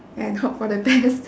and hope for the best